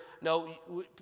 no